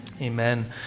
Amen